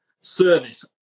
service